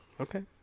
Okay